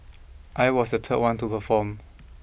I was the third one to perform